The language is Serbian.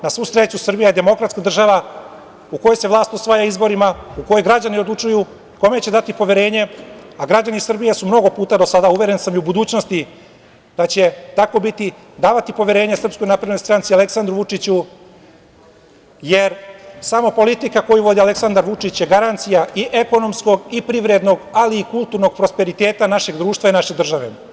Na svu sreću, Srbija je demokratska država u kojoj se vlast osvaja izborima, u kojoj građani odlučuju kome će dati poverenje, a građani Srbije su mnogo puta do sada, a uveren sam i u budućnosti da će tako biti davati poverenje Srpskoj naprednoj stranci i Aleksandru Vučiću, jer samo politika koju vodi Aleksandar Vučić je garancija i ekonomskog i privrednog, ali i kulturnog prosperiteta našeg društva i naše države.